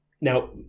Now